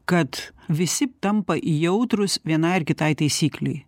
kad visi tampa jautrūs vienai ar kitai taisyklei